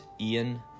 Ian